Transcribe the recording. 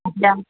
যাম